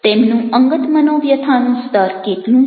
તેમનું અંગત મનોવ્યથાનું સ્તર કેટલું છે